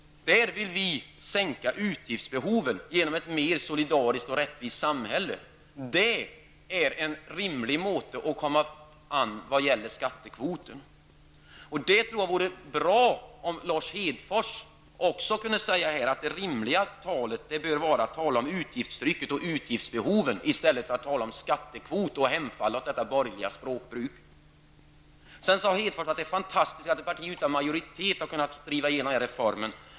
Vi vill sänka utgiftsbehoven med hjälp av ett mer solidariskt och rättvist samhälle. Det är ett rimligt sätt att komma åt skattekvoten. Det vore bra om Lars Hedfors här kunde säga att det är rimligt att tala om utgiftstryck och utgiftsbehov i stället för att tala om skattekvot och hemfalla åt detta borgerliga språkbruk. Hedfors sade vidare att det är fantastiskt att ett parti utan majoritet har kunnat driva igenom reformen.